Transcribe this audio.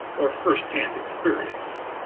are first hand experiences.